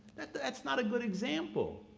that's not a good example.